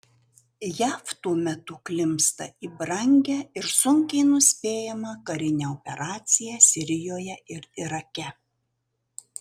jav tuo metu klimpsta į brangią ir sunkiai nuspėjamą karinę operaciją sirijoje ir irake